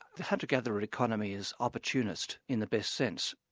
the hunter-gather economy is opportunist, in the best sense.